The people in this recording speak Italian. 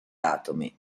atomi